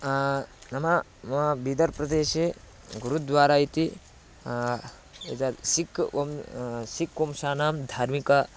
नाम मम बीदर् प्रदेशे गुरुद्वारा इति एतत् सिक् वं सिक् वंशानां धार्मिकं